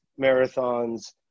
marathons